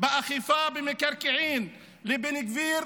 באכיפה במקרקעין לבן גביר,